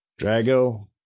Drago